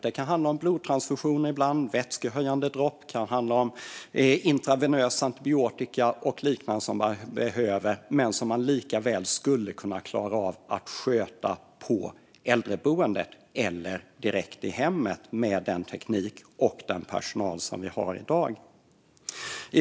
Det kan handla om blodtransfusioner, vätskehöjande dropp, intravenös antibiotika och liknande som man behöver men som likaväl skulle kunna ges på äldreboendet eller direkt i hemmet, med den teknik och den personal vi har i dag.